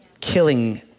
killing